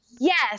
Yes